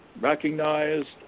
recognized